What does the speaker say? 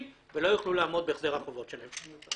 ולא יוכלו לעמוד בהחזר החובות שלהם.